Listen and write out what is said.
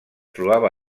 trobava